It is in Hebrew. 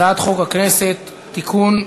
הצעת חוק הכנסת (תיקון,